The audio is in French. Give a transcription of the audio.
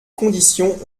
conditions